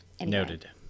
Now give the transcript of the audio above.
noted